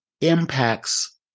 impacts